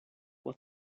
was